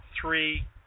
three